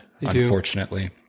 Unfortunately